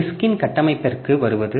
டிஸ்க்ன் கட்டமைப்பிற்கு வருவது